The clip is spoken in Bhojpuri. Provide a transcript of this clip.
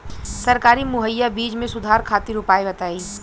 सरकारी मुहैया बीज में सुधार खातिर उपाय बताई?